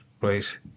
right